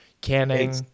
canning